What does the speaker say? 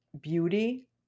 beauty